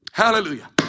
Hallelujah